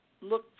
look